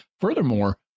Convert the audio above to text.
Furthermore